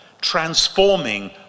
transforming